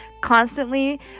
constantly